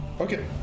Okay